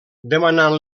demanant